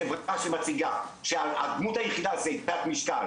חברה שמציגה שהדמות היחידה זה עם תת-משקל